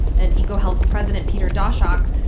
and ecohealth's president, peter daszak,